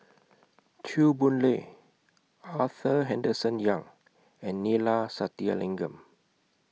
Chew Boon Lay Arthur Henderson Young and Neila Sathyalingam